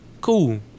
cool